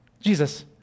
Jesus